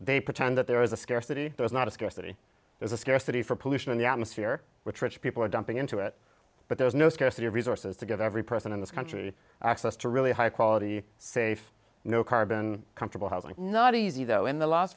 they pretend that there is a scarcity there's not a scarcity there's a scarcity for pollution in the atmosphere which rich people are dumping into it but there is no scarcity of resources to give every person in this country access to really high quality safe no carbon comfortable housing not easy though in the last